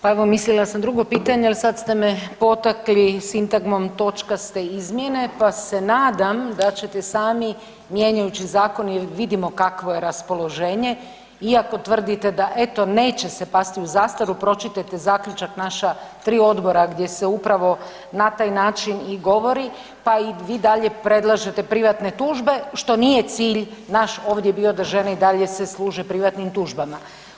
Pa evo mislila sam drugo pitanje, ali sad ste me potakli sintagmom točkaste izmjene, pa se nadam da ćete sami mijenjajući zakon jer vidimo kakvo je raspoloženje iako tvrdite da eto neće se pasti u zastaru pročitajte zaključak naša 3 odbora gdje se upravo na taj način i govori pa i vi dalje predlažete privatne tužbe što nije cilj naš ovdje bio da žene i dalje se služe privatnim tužbama.